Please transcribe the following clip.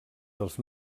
dels